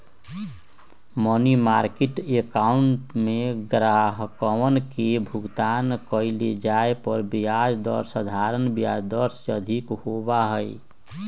money market account में ग्राहकवन के भुगतान कइल जाये पर ब्याज दर साधारण ब्याज दर से अधिक होबा हई